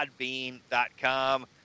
Podbean.com